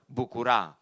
bucura